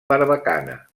barbacana